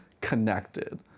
connected